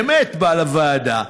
באמת בא לוועדה,